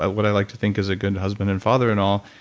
ah what i like to think as a good husband and father and all,